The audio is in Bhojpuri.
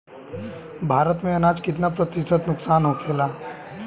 भारत में अनाज कितना प्रतिशत नुकसान होखेला?